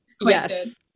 Yes